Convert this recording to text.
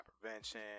prevention